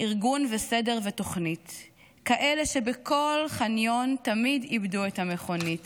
ארגון וסדר ותוכנית / כאלה שבכל חניון תמיד / איבדו את המכונית